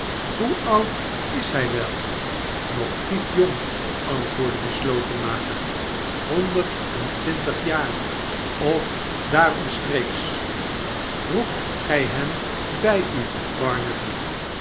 hoe oud is hij wel nog piepjong antwoordde de slotenmaker honderd en twintig jaar of daaromstreeks roep gij hem bij u